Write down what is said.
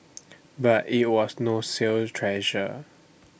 but IT was no sales treasure